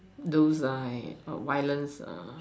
those like violence err